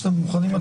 12:55.